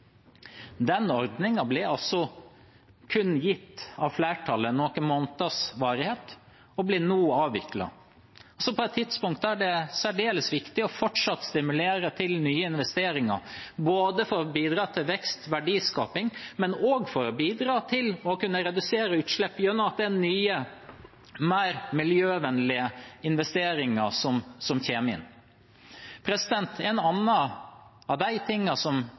Den ordningen ble kun gitt av flertallet med noen måneders varighet og blir nå avviklet, på et tidspunkt der det er særdeles viktig fortsatt å stimulere til nye investeringer, både for å bidra til vekst og verdiskaping og for å bidra til å kunne redusere utslipp gjennom den nye, mer miljøvennlige investeringen som kommer inn. En annen av de tingene som